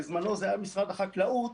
החקלאות בזמנו זה היה משרד החקלאות